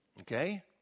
okay